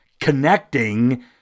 connecting